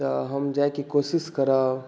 तऽ हम जायके कोशिश करब